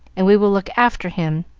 and we will look after him.